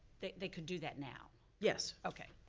they they could do that now. yes. okay,